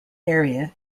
area